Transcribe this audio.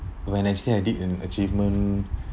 when I stayed I did an achievement